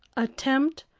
attempt,